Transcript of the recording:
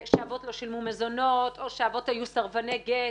שאבות לא שלמו מזונות או שאבות היו סרבני גט.